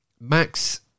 Max